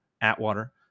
Atwater